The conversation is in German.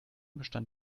bestand